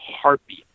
heartbeat